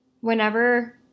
whenever